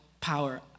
power